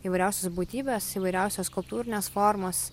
įvairiausios būtybės įvairiausios skulptūrinės formos